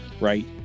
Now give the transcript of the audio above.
right